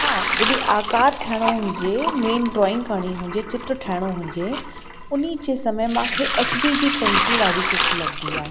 हा जॾहिं आकार ठाहिणो हुजे मेन ड्रॉइंग करिणी हुजे चित्र ठाहिणो हुजे उन जे समय मूंखे एच बी जी पैंसिल ॾाढी सुठी लॻंदी आहे